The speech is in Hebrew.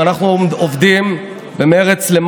אני יכול עוד להמשיך שעה,